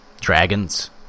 Dragons